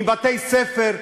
מבתי- ספר,